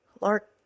lark